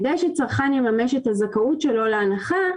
כדי שצרכן יממש את הזכאות שלו להנחה,